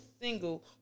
single